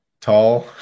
Tall